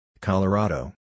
Colorado